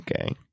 okay